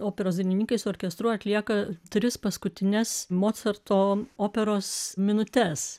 operos dainininka sus orkestru atlieka tris paskutines mocarto operos minutes